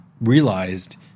realized